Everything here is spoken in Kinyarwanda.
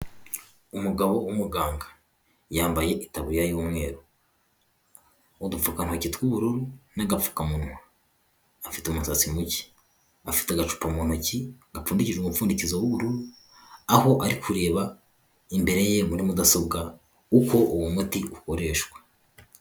Umugabo w'umuganga yambaye itaburiya y'umweru udupfukatoki tw'ubururu, n'agapfukamunwa, afite umusatsi muke afite agacupa mu ntoki gapfundikije umupfundikizo w'ubururu, aho ari kureba imbere ye muri mudasobwa uko uwo muti ukoreshwa.